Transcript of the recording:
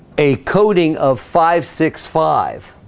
a coating of five six five